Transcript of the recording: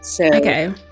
Okay